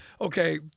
okay